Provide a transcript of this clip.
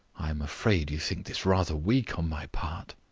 i am afraid you think this rather weak on my part?